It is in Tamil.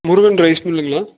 முருகன் ரைஸ் மில்லுங்களா